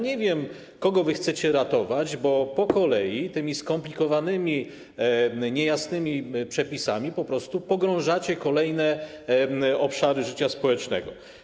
Nie wiem, kogo wy chcecie ratować, bo po kolei tymi skomplikowanymi, niejasnymi przepisami po prostu pogrążacie kolejne obszary życia społecznego.